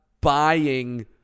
buying